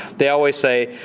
they always say,